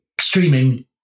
streaming